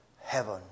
heaven